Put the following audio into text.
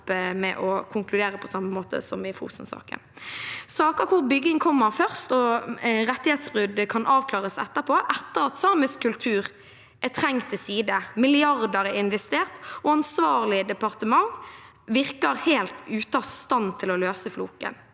saker hvor bygging kommer først og rettighetsbrudd kan avklares etterpå, etter at samisk kultur er trengt til side, milliarder investert og ansvarlig departement virker helt ute av stand til å løse floken.